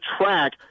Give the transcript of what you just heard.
track